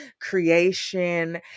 creation